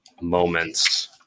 moments